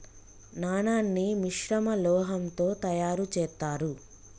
నాణాన్ని మిశ్రమ లోహంతో తయారు చేత్తారు